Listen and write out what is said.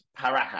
paraha